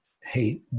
hate